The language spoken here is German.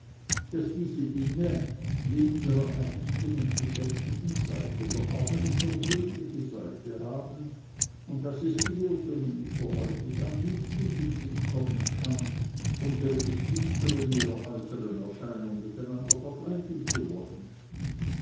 daß diese dinge neben ihrer ernsten und geschäftlichen seite doch auch noch eine persönliche seite haben und daß es dir so nehm ich vorläufig an nicht in den sinn kommen kann unsre geschwister in ihrer äußeren erscheinung miteinander vergleichen zu wollen